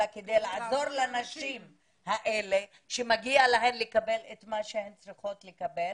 אלא כדי לעזור לנשים האלה שמגיע להן לקבל את מה שהן צריכות לקבל.